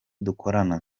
dukorana